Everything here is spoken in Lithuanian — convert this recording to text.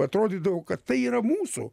atrodydavo kad tai yra mūsų